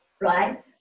right